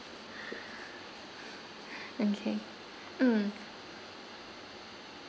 okay mm